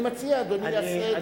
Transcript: אני מציע, אדוני יעשה דבר גדול.